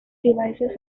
devices